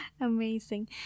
Amazing